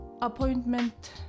appointment